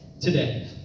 today